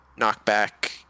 knockback